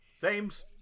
Sames